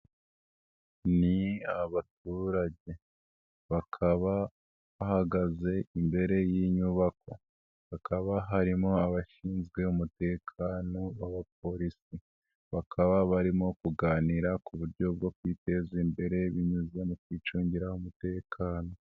Ni abaturage, bakaba bahagaze imbere y'inyubako, hakaba harimo abashinzwe umutekano b'abapolisi, bakaba barimo kuganira ku buryo bwo kwiteza imbere binyuze mu kwicungira umutekano.